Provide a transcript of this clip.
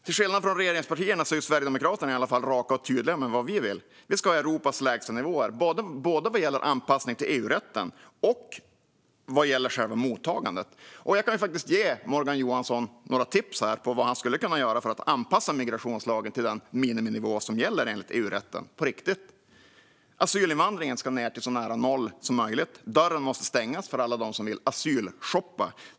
Till skillnad från regeringspartierna är Sverigedemokraterna raka och tydliga med vad vi vill: Vi ska ha Europas lägsta nivåer, både vad gäller anpassning till EU-rätten och vad gäller själva mottagandet. Jag kan ge Morgan Johansson några tips på vad han skulle kunna göra för att på riktigt anpassa migrationslagen till den miniminivå som gäller enligt EU-rätten. Asylinvandringen ska ned till så nära noll som möjligt. Dörren måste stängas för alla som vill asylshoppa.